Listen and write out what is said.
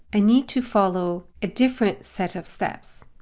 i need to follow a different set of steps.